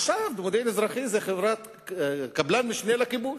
ועכשיו "מודיעין אזרחי" היא קבלן משנה לכיבוש.